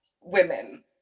women